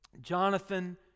Jonathan